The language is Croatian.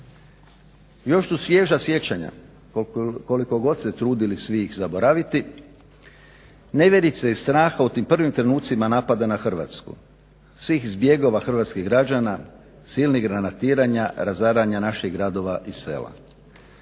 Još su svježa sjećanja koliko god se trudili svi ih zaboraviti, nevjerice i straha u tim prvim trenucima napada na Hrvatsku, svih zbjegova hrvatskih građana, silnih granatiranja, razaranja naših gradova i sela.